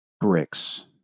bricks